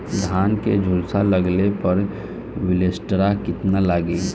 धान के झुलसा लगले पर विलेस्टरा कितना लागी?